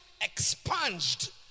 expunged